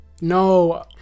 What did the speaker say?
No